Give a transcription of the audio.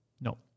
No